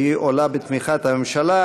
והיא עולה בתמיכת הממשלה.